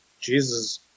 Jesus